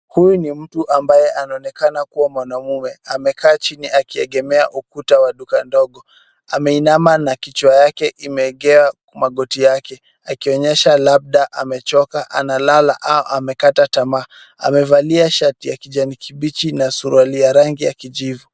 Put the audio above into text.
Huyu ni mtu ambaye anaonekana kuwa mwanaume, amekaa chini akiegemea ukuta wa duka ndogo. Ameinama na kichwa yake imeegea magoti yake, akionyesha labda amechoka, analala au amekata tamaa. Amevalia shati ya kijani kibichi na suruali ya rangi ya kijivu.